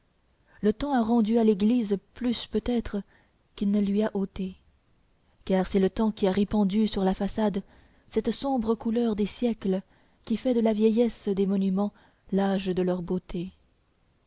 le temps a rendu à l'église plus peut-être qu'il ne lui a ôté car c'est le temps qui a répandu sur la façade cette sombre couleur des siècles qui fait de la vieillesse des monuments l'âge de leur beauté